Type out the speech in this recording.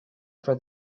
for